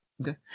okay